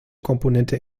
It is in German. komponente